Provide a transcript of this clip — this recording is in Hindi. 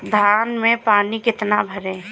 धान में पानी कितना भरें?